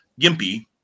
gimpy